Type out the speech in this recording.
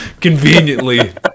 Conveniently